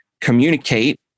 communicate